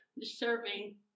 deserving